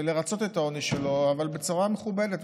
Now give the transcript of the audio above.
ולרצות את העונש שלו אבל בצורה מכובדת,